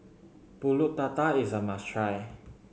Pulut Tatal is a must try